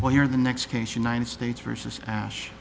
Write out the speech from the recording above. well you're the next case united states versus ash